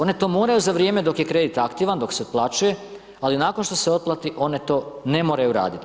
One to moraju za vrijeme dok je kredit aktivan, dok se otplaćuje, ali nakon što se otplati, one to ne moraju raditi.